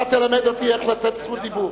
אתה תלמד אותי איך לתת זכות דיבור.